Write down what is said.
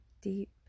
deep